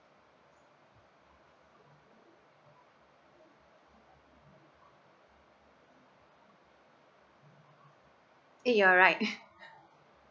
yeah you're right